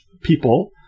people